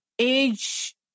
Age